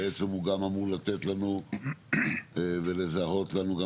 בעצם הוא גם אמור לתת לנו ולזהות לנו גם